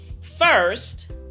First